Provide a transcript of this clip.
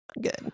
Good